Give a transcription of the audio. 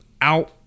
out